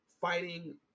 fighting